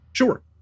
sure